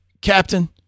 captain